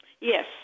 Yes